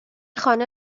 خانه